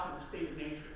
state of nature,